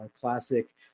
classic